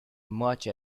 much